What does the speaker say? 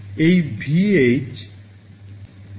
VH